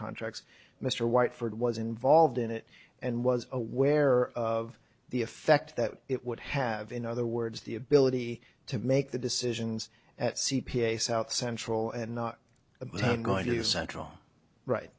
contracts mr white for it was involved in it and was aware of the effect that it would have in other words the ability to make the decisions at c p a south central and not going to the central right